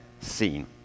seen